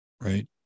right